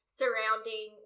surrounding